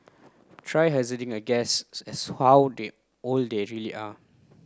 try hazarding a guess as how old old they really are